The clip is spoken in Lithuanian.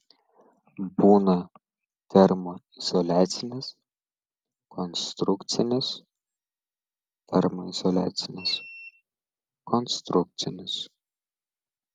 būna termoizoliacinis konstrukcinis termoizoliacinis konstrukcinis